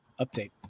Update